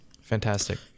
fantastic